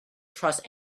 trust